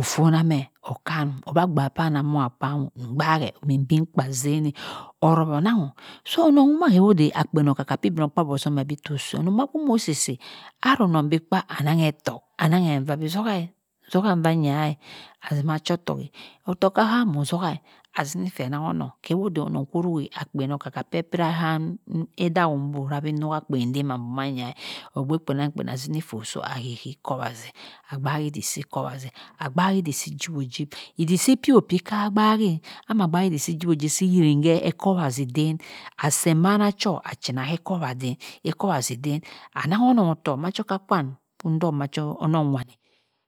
ofonah meh okanum abua kpam onowum abu kpang oh mgbahe obi idey nkpa zaineh orowo onanghum so nong duma kewo deh akpien oka ka kpi igbmokpabi ozomeh bi toh seh onong duma kumo sisi aruong bi kpa anaghe otok anaghe nuabi zoha banya azima chotok eh otok aham zoha azini seh anaghononh keh woh dey onong ko nihi akpien okar ka kper piraham edamum bo nruwa akpien demam nwanya ogbe kpienang kpien azini folh sah ahe hi wazi agbaidik si kowa zi agbai iddik si jiwo jibe iddik si kpiwo kah gbahe amah agbahi iddik si jimo jib iddik si yinghe ekowazi den aseh mana cho achina he cowaden ecowaziden anangonong ottoh macha okar wam ndor mah onong wani